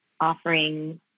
offering